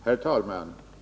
Herr talman!